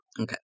Okay